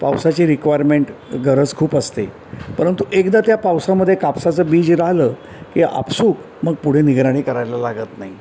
पावसाची रिक्वायरमेंट गरज खूप असते परंतु एकदा त्या पावसामध्ये कापसाचं बीज राहिलं की आपसूक मग पुढे निगराणी करायला लागत नाही